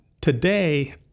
Today